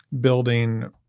building